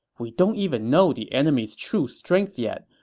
we don't even know the enemy's true strength yet.